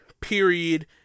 period